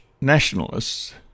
Nationalists